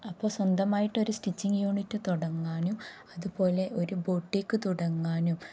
അപ്പോള് സ്വന്തമായിട്ടൊരു stitching unit തുടങ്ങാനും അതുപോലെ ഒരു ബൊട്ടിക് തുടങ്ങാനും